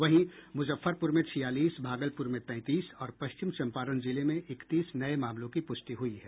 वहीं मुजफ्फरपुर में छियालीस भागलपुर में तैंतीस और पश्चिम चंपारण जिले में इकतीस नये मामलों की पुष्टि हुई है